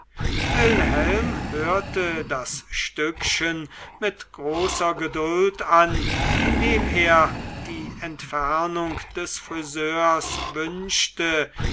wilhelm hörte das stückchen mit großer geduld an indem er die entfernung des friseurs wünschte